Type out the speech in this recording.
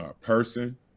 person